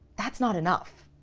that's not enough.